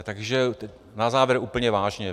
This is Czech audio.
Takže na závěr úplně vážně.